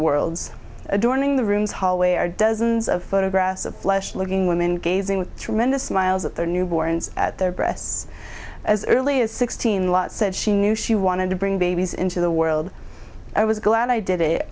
worlds adorning the room's hallway or dozens of photographs of flesh looking women gazing with tremendous smiles at their newborns at their breasts as early as sixteen lott said she knew she wanted to bring babies into the world i was glad i did it